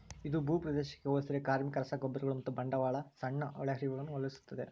ಇದು ಭೂಪ್ರದೇಶಕ್ಕೆ ಹೋಲಿಸಿದರೆ ಕಾರ್ಮಿಕ, ರಸಗೊಬ್ಬರಗಳು ಮತ್ತು ಬಂಡವಾಳದ ಸಣ್ಣ ಒಳಹರಿವುಗಳನ್ನು ಬಳಸುತ್ತದೆ